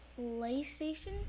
PlayStation